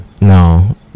No